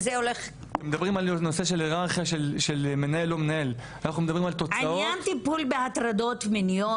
אנחנו מדברים על תוצאות --- עניין טיפול בהטרדות מיניות,